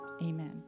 Amen